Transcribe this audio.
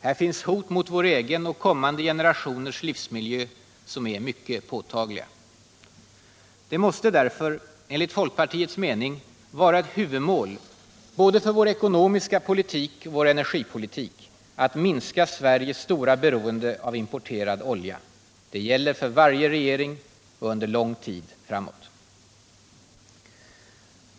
Här finns hot mot vår egen och kommande generationers livsmiljö som är mycket påtagliga. Det måste därför enligt folkpartiets mening vara ett huvudmål både för vår ekonomiska politik och för vår energipolitik att minska Sveriges stora beroende av importerad olja. Det gäller för varje regering och under lång tid framåt.